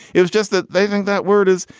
it was just that they think that word is.